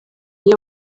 iyo